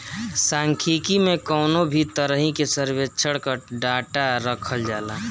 सांख्यिकी में कवनो भी तरही के सर्वेक्षण कअ डाटा रखल जाला